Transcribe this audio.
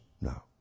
No